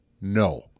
no